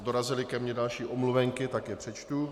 Dorazily ke mně další omluvenky, tak je přečtu.